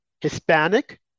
Hispanic